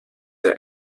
der